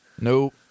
No